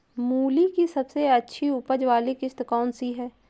मूली की सबसे अच्छी उपज वाली किश्त कौन सी है?